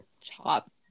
chop